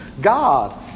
God